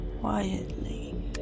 quietly